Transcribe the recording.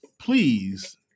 please